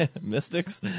Mystics